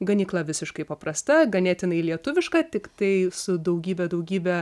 ganykla visiškai paprasta ganėtinai lietuviška tiktai su daugybe daugybe